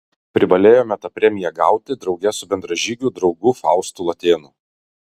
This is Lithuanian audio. privalėjome tą premiją gauti drauge su bendražygiu draugu faustu latėnu